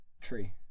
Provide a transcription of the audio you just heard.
Tree